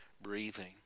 breathing